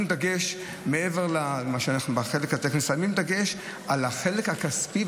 מעבר לחלק הטכני שמים דגש על החלק הכספי,